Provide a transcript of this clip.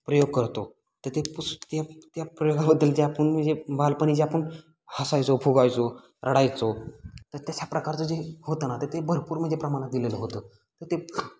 प्रयोग करतो तर ते पुस् ते त्या प्रयोगाबद्दल जे आपण म्हणजे बालपणी जे आपण हसायचो फुगायचो रडायचो तर तशा प्रकारचं जे होतं ना तर ते भरपूर म्हणजे प्रमाणात दिलेलं होतं तर ते